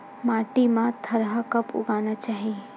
माटी मा थरहा कब उगाना चाहिए?